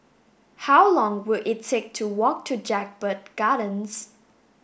how long will it take to walk to Jedburgh Gardens